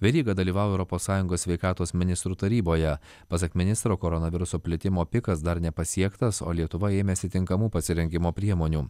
veryga dalyvavo europos sąjungos sveikatos ministrų taryboje pasak ministro koronaviruso plitimo pikas dar nepasiektas o lietuva ėmėsi tinkamų pasirengimo priemonių